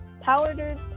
powdered